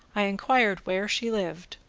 i inquired where she lived,